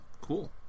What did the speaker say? Cool